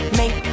make